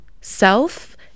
self